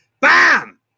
bam